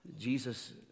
Jesus